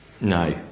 No